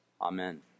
Amen